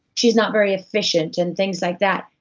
she's not very efficient. and things like that,